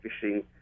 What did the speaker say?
fishing